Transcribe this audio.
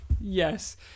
Yes